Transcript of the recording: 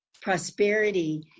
prosperity